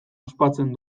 ospatzen